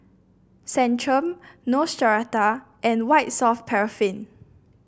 Centrum Neostrata and White Soft Paraffin